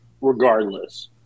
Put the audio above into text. regardless